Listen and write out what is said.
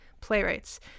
playwrights